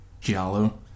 Giallo